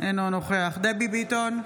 אינו נוכח דבי ביטון,